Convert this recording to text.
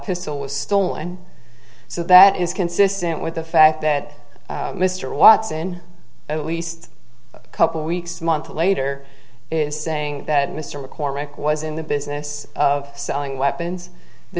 pistol was stolen so that is consistent with the fact that mr watson at least a couple weeks months later is saying that mr mccormick was in the business of selling weapons the